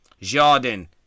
Jardin